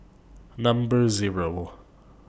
Number Zero